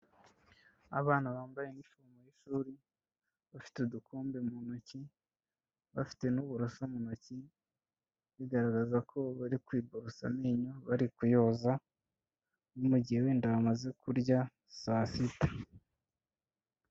Abana bambaye inifomo y'ishuri bafite udukombe mu ntoki, bafite n'uburoso mu ntoki, bigaragaza ko bari kwiborosa amenyo bari kuyoza, ni mu gihe wenda bamaze kurya saa sita.